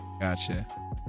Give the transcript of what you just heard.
gotcha